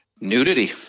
nudity